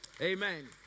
Amen